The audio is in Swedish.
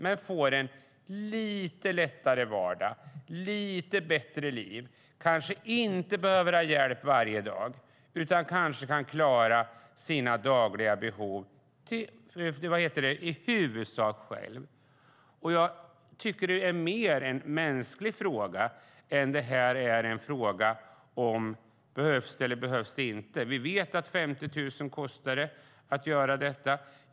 De skulle få en lite lättare vardag, ett lite bättre liv och behövde kanske inte ha hjälp varje dag utan kunde i huvudsak själva klara sina dagliga behov om de fick en assistanshund. Det är mer en mänsklig fråga än en fråga ifall det behövs eller inte. Vi vet att det kostar 50 000 att utbilda en hund.